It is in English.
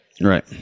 right